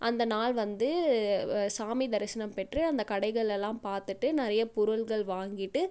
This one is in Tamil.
அந்த நாள் வந்து சாமி தரிசனம் பெற்று அந்த கடைகலெல்லாம் பார்த்துட்டு நிறைய பொருள்கள் வாங்கிட்டு